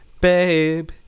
Babe